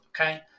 Okay